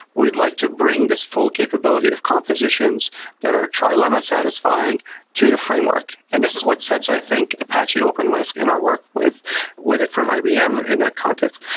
we'd like to bring this full capability of compositions that are trilema satisfying to the framework and this is what sets i think apache openwhisk and our work with with it from ibm in that context.